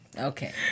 Okay